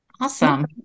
Awesome